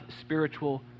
spiritual